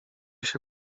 się